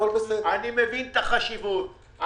אני מבין את החשיבות,